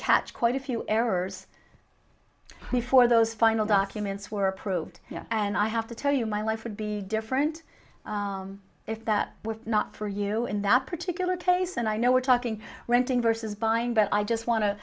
catch quite a few errors before those final documents were approved and i have to tell you my life would be different if that were not for you know in that particular case and i know we're talking renting versus buying but i just want to